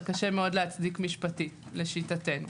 קשה להצדיק משפטית לשיטתנו.